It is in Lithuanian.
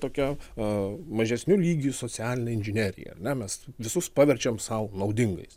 tokia a mažesniu lygiu socialine inžinerija ar ne mes visus paverčiam sau naudingais